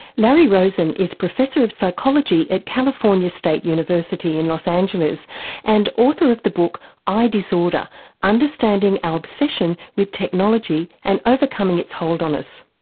larry rosen is professor of psychology at california state university in los angeles and author of the book i-disorder understanding our obsession with technology and overcoming its hold on us.